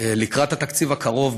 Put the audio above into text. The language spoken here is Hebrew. לקראת התקציב הקרוב,